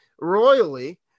royally